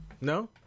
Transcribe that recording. No